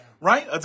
right